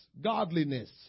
godliness